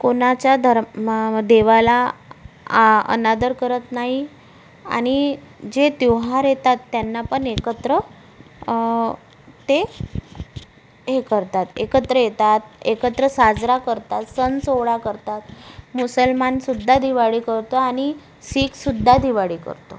कोणाच्या धर्माम देवाला आ अनादर करत नाही आणि जे त्योहार येतात त्यांना पण एकत्र ते हे करतात एकत्र येतात एकत्र साजरा करतात सन सोहळा करतात मुसलमानसुद्धा दिवाळी करतो आणि सिखसुद्धा दिवाळी करतो